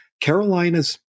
carolina's